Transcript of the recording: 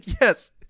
yes